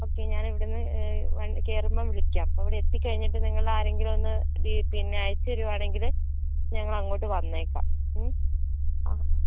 okay ഞാനിവിടുന്ന് വ കയറുമ്പോൾ വിളിക്കാം അവിടെ എത്തിക്കഴിഞ്ഞിട്ട് നിങ്ങൾ ആരെങ്കിലും ഒന്ന് ഡി പിന്നെ അയച്ച് തരുവാണെങ്കിൽ ഞങ്ങളങ്ങോട്ട് വന്നേക്കാം ഉം ആ